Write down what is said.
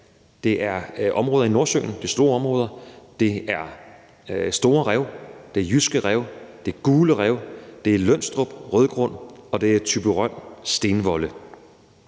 store områder i Nordsøen; det er store rev: Det er Jyske Rev, det er Det Gule Rev, det er Lønstrup Rødgrund, og det er Thyborøn Stenvolde.